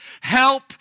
help